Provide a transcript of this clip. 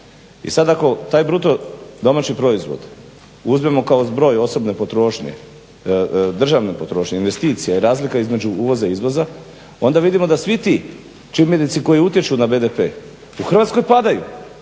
I sad ako taj bruto domaći proizvod uzmemo kao zbroj osobne potrošnje, državne potrošnje, investicija i razlika između uvoza i izvoza onda vidimo da svi ti čimbenici koji utječu na BDP u Hrvatskoj padaju.